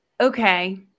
Okay